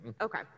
Okay